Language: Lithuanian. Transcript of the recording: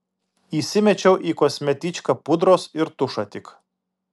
įsimečiau į kosmetičką pudros ir tušą tik